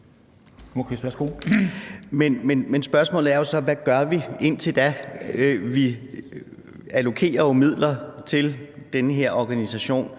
Men spørgsmålet er jo så, hvad vi gør indtil da. Vi allokerer jo midler til den her organisation,